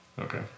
Okay